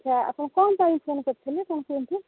ଆଚ୍ଛା ଆପଣ କ'ଣ ପାଇଁ ଫୋନ୍ କରିଥିଲେ କ'ଣ କୁହନ୍ତୁ